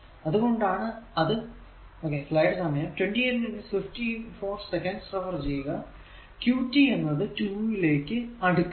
അതുകൊണ്ടാണ് അത് റെഫർ ചെയ്യുക qt എന്നത് 2 ലേക്ക് അടുക്കുന്നത്